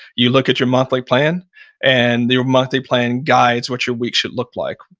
you look at your monthly plan and your monthly plan guides what your week should look like.